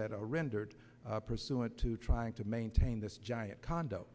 that are rendered pursuant to trying to maintain this giant condo